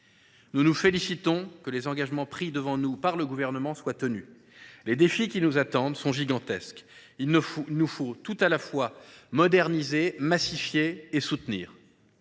Nous nous félicitons que les engagements pris devant nous par le Gouvernement soient tenus. Les défis qui nous attendent sont gigantesques. Il nous faut tout à la fois moderniser, massifier et soutenir.